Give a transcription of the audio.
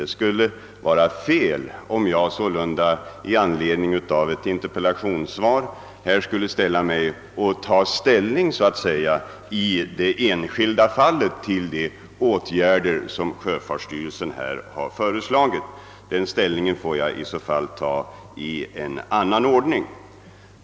Det skulle vara fel, om jag i ett svar på en fråga här i riksdagen tog ställning i det enskilda fallet till de åtgärder som sjöfartsstyrelsen har vidtagit — det får g göra i annan ordning.